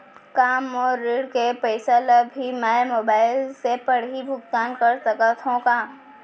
का मोर ऋण के पइसा ल भी मैं मोबाइल से पड़ही भुगतान कर सकत हो का?